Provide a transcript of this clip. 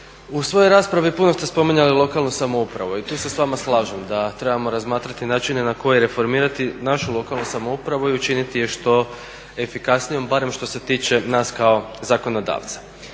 u svojoj raspravi puno ste spominjali lokalnu samoupravu i tu se s vama slažem da trebamo razmatrati načine na koje reformirati našu lokalnu samoupravu i učiniti je što efikasnijom, barem što se tiče nas kao zakonodavca.